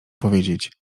powiedzieć